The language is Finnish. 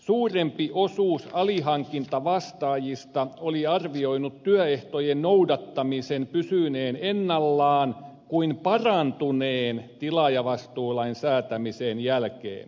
suurempi osuus alihankkijavastaajista oli arvioinut työehtojen noudattamisen pysyneen ennallaan kuin parantuneen tilaajavastuulain säätämisen jälkeen